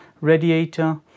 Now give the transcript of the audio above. radiator